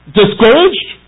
discouraged